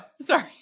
Sorry